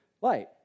light